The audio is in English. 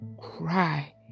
cry